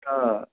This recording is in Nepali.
अँ